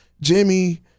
Jimmy